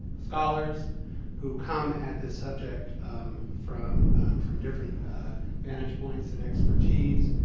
scholars who come at this subject from from different vantage points and expertise.